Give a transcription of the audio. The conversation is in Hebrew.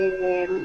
ב-730.